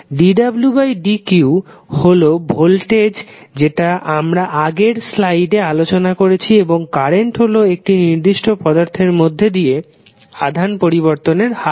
dwdq হলো voltage যেটা আমরা আগের স্লাইড এ আলোচনা করেছি এবং কারেন্ট হল একটি নির্দিষ্ট পদার্থের মধ্যে দিয়ে আধান পরিবর্তনের হার